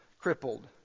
crippled